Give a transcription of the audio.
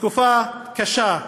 תקופה קשה.